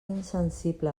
insensible